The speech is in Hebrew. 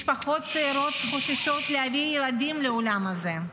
משפחות צעירות חוששות להביא ילדים לעולם הזה.